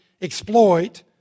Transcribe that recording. exploit